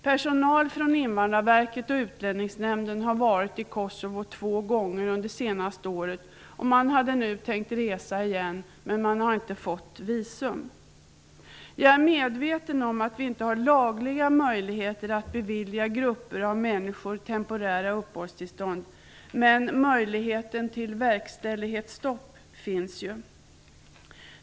Personal från Invandrarverket och utlänningsnämnden har varit i Kosovo två gånger under det senaste året. Man hade nu tänkt resa igen men har inte fått visum. Jag är medveten om att vi inte har lagliga möjligheter att bevilja grupper av människor temporära uppehållstillstånd, men möjligheten till verkställighetsstopp finns ju.